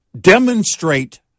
demonstrate